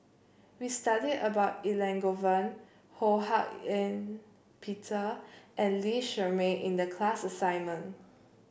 we studied about Elangovan Ho Hak Ean Peter and Lee Shermay in the class assignment